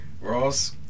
Ross